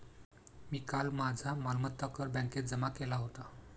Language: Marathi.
मी काल माझा मालमत्ता कर बँकेत जमा केला होता